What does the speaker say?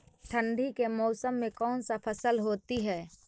ठंडी के मौसम में कौन सा फसल होती है?